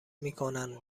میکنند